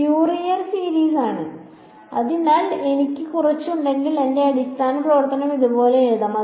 Fourier series ശരിയാണ് അതിനാൽ എനിക്ക് കുറച്ച് ഉണ്ടെങ്കിൽ എന്റെ അടിസ്ഥാന പ്രവർത്തനം ഇതുപോലെ എഴുതാം